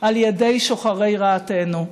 על ידי שוחרי רעתנו.